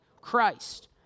Christ